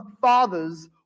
father's